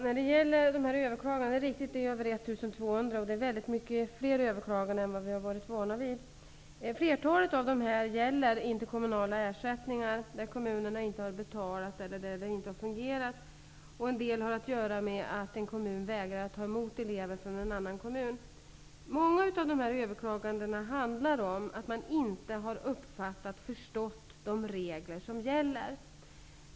Fru talman! Det är riktigt att det har kommit över 1 200 överklaganden. Det är många fler överklaganden än vad vi har varit vana vid. Flertalet överklaganden gäller interkommunala ersättningar där kommunerna inte har betalat eller där det inte har fungerat på annat sätt. En del överklaganden gäller att en kommun har vägrat att ta emot elever från en annan kommun. Många av dessa överklaganden beror på att man inte har uppfattat och förstått de regler som gäller.